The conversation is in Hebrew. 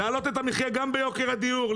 להעלות את המחיה גם ביוקר הדיור,